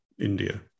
India